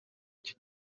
icyo